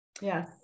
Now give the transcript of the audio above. yes